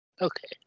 Okay